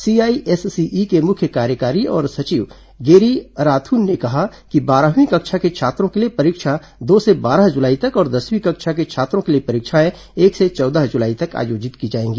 CISCE के मुख्य कार्यकारी और सचिव गेरी अराथून ने कहा कि बारहवीं कक्षा के छात्रों के लिए परीक्षा दो से बारह जुलाई तक और दसवीं कक्षा के छात्रों के लिए परीक्षाएं एक से चौदह जुलाई तक आयोजित की जायेंगी